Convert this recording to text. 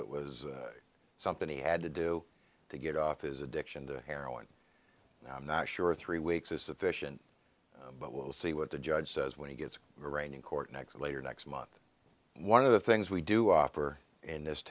it was something he had to do to get off his addiction to heroin and i'm not sure three weeks is sufficient but we'll see what the judge says when he gets arraigned in court next later next month one of the things we do offer in this